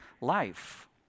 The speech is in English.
life